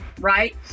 right